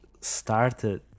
started